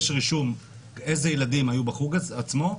יש רישום איזה ילדים היו בחוג עצמו,